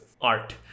art